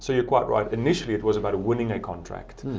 so you're quite right. initially, it was about winning a contract,